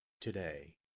today